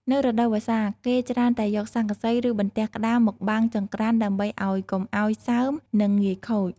នៅរដូវវស្សា គេច្រើនតែយកស័ង្កសី ឬ បន្ទះក្ដារមកបាំងចង្រ្កានដើម្បីឱ្យកុំឱ្យសើម និងងាយខូច។